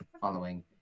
following